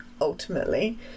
ultimately